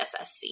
SSC